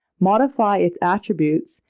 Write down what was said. modify its attributes,